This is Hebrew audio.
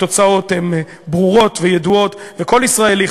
התוצאות הן ברורות וידועות: כל ישראלי,